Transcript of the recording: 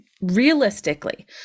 realistically